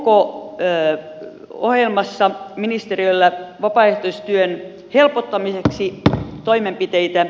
onko ministeriöllä ohjelmassa vapaaehtoistyön helpottamiseksi toimenpiteitä